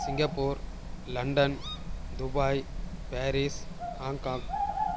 Singapore London Dubai Paris Hong Kong